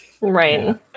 right